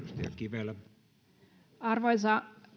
arvoisa